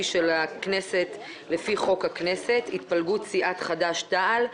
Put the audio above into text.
של הכנסת לפי חוק הכנסת: התפלגות סיעת חד"ש-תע"ל,